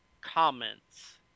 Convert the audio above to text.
comments